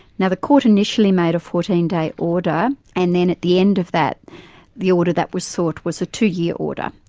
now, the court initially made a fourteen day order, and then at the end of that the order that was sought was a two-year order,